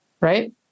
right